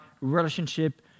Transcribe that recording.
relationship